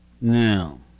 Now